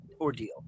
ordeal